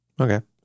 Okay